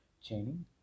chaining